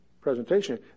presentation